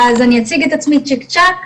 אז אני אציג את עצמי צ'יק צ'ק,